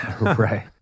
Right